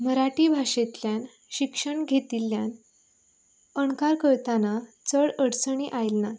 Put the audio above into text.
मराठी भाशेंतल्यान शिक्षण घेतिल्ल्यान अणकार करतना चड अडचणी आयल्यो नात